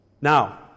Now